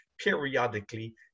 periodically